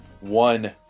one